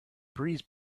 breeze